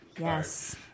Yes